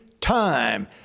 time